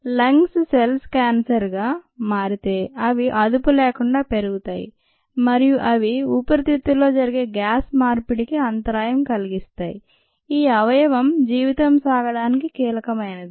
lungs cells cancer గా మారితే అవి అదుపు లేకుండా పెరుగుతాయి మరియు అవి ఊపిరితిత్తుల్లో జరిగే గ్యాస్ మార్పిడికి అంతరాయం కలిగిస్తాయి ఈ అవయవం జీవితం సాగడానికి కీలకమైనది